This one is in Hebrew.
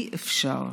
אי-אפשר,